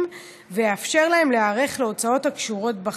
ויאפשר להם להיערך להוצאות הקשורות בחג.